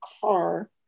car